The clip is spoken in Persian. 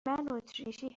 اتریشی